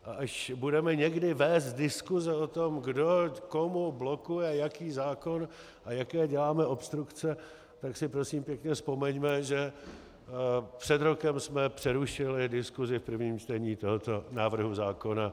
A až někdy budeme vést diskuse o tom, kdo komu blokuje jaký zákon a jaké děláme obstrukce, tak si prosím pěkně vzpomeňme, že před rokem jsme přerušili diskusi v prvním čtení tohoto návrhu zákona.